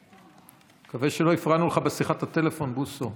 אני מקווה שלא הפרענו לך בשיחת הטלפון, בוסו.